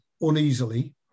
uneasily